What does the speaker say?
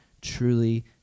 truly